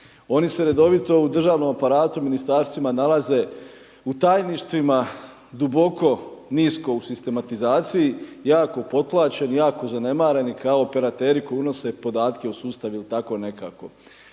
Oni se redovito u državnom aparatu, ministarstvima nalaze u tajništvima duboko nisko u sistematizaciji, jako potplaćeni, jako zanemareni kao operateri koji unose podatke u sustav ili tako nekako.